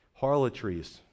Harlotries